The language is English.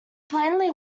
plainly